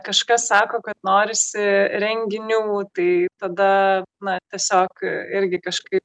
kažkas sako kad norisi renginių tai tada na tiesiog irgi kažkaip